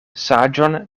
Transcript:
saĝon